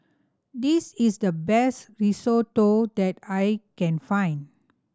this is the best Risotto that I can find